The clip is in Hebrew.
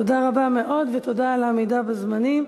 תודה רבה מאוד, ותודה על העמידה בזמנים.